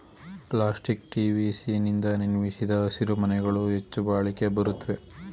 plastic TVC ನಿಂದ ನಿರ್ಮಿಸಿದ ಹಸಿರುಮನೆಗಳು ಹೆಚ್ಚು ಬಾಳಿಕೆ ಬರುತ್ವೆ